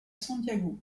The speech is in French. santiago